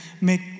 make